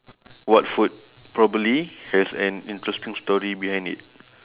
what food probably has an interesting story behind it